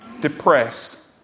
depressed